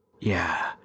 Yeah